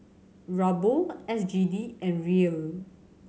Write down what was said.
Ruble S G D and Riel